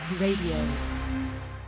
Radio